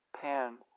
Pan